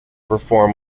perform